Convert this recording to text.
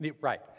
Right